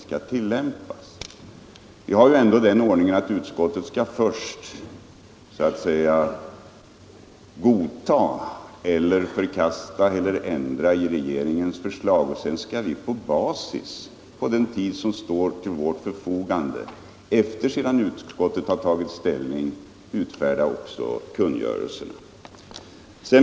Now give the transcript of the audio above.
Vi har ju ändå den ordningen att utskottet först skall godta, förkasta eller ändra i regeringens förslag. Sedan skall regeringen på den tid som står till dess förfogande efter det utskottet tagit ställning utfärda kungörelserna.